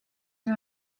him